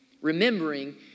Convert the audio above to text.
Remembering